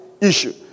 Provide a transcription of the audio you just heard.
issue